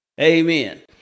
Amen